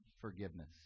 forgiveness